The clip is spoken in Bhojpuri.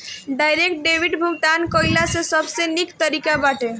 डायरेक्ट डेबिट भुगतान कइला से सबसे निक तरीका बाटे